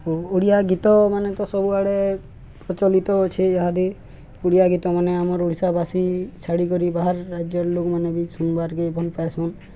ଓ ଓଡ଼ିଆ ଗୀତମାନେ ତ ସବୁଆଡ଼େ ପ୍ରଚଳିତ ଅଛେ ଇହାଦି ଓଡ଼ିଆ ଗୀତମାନେ ଆମର ଓଡ଼ିଶାବାସୀ ଛାଡ଼ିକରି ବାହାର ରାଜ୍ୟର ଲୋକମାନେେ ବି ଶୁଣବାର୍କେ ଭଲ୍ ପାଏସନ୍